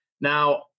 Now